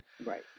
Right